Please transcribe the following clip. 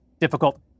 difficult